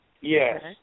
Yes